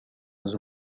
was